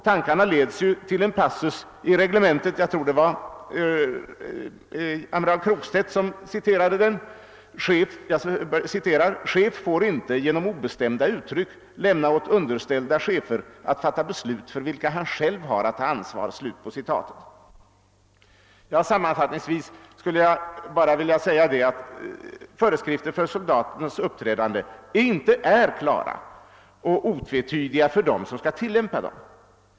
Tankarna leds till en passus i reglementet som någon -— jag iror att det var amiral Krokstedt — nyligen citerade: »Chef får inte genom obestämda uttryck lämna åt underställda chefer att fatta beslut för vilka han själv har att ta ansvar.» Sammanfattningsvis vill jag säga att föreskrifterna för soldaternas uppträdande inte är klara och otvetydiga för dem som skall tillämpa dem.